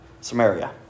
Samaria